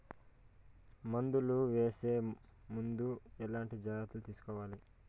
మందులు వేసే ముందు ఎట్లాంటి జాగ్రత్తలు తీసుకోవాలి?